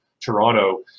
toronto